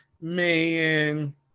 man